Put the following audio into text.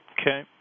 Okay